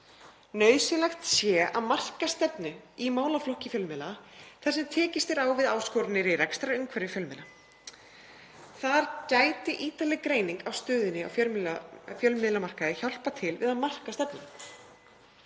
Nauðsynlegt sé að marka stefnu í málaflokki fjölmiðla þar sem tekist er á við áskoranir í rekstrarumhverfi fjölmiðla. Þar gæti ítarleg greining á stöðunni á fjölmiðlamarkaði hjálpað til við að marka stefnuna.